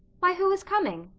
why, who is coming?